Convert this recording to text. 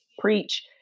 Preach